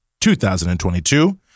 2022